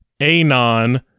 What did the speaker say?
Anon